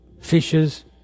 fishers